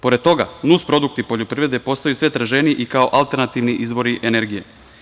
Pored toga, nus produkti poljoprivrede postaju sve traženiji i kao alternativni izvori energije.